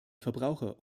verbraucher